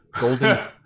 Golden